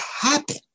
happen